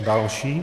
Další.